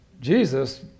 Jesus